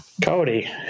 Cody